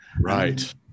Right